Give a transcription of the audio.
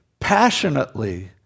passionately